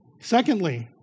Secondly